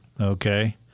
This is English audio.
Okay